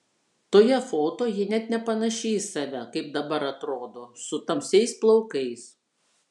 toje foto ji net nepanaši į save kaip dabar atrodo su tamsiais plaukais